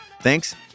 thanks